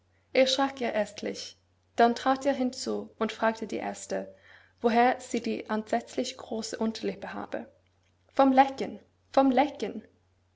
er erstlich dann trat er hinzu und fragte die erste woher sie die entsetzlich große unterlippe habe vom lecken vom lecken